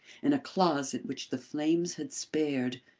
in a closet which the flames had spared,